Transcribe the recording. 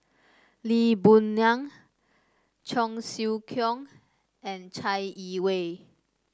Lee Boon Ngan Cheong Siew Keong and Chai Yee Wei